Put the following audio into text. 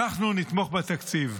אנחנו נתמוך בתקציב.